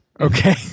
Okay